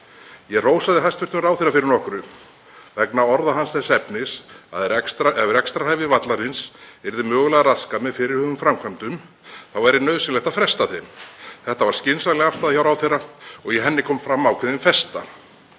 Ég hrósaði hæstv. ráðherra fyrir nokkru vegna orða hans þess efnis að ef rekstrarhæfi vallarins yrði mögulega raskað með fyrirhuguðum framkvæmdum þá væri nauðsynlegt að fresta þeim. Það var skynsamleg afstaða hjá ráðherra og í henni kom fram ákveðin festa.